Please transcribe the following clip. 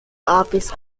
office